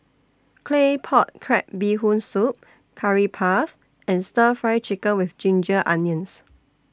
Claypot Crab Bee Hoon Soup Curry Puff and Stir Fry Chicken with Ginger Onions